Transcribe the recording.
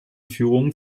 führungen